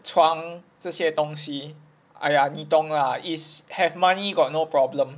床这些东西 !aiya! 你懂的 lah is have money got no problem